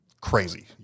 crazy